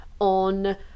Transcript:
on